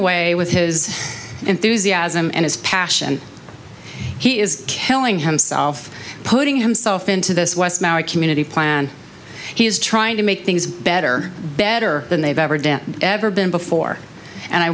away with his enthusiasm and his passion he is killing himself putting himself into this west now a community plan he's trying to make things better better than they've ever done ever been before and i